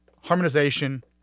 harmonization